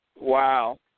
Wow